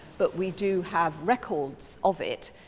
but we do have records of it,